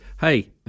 Hey